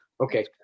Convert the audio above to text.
Okay